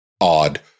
odd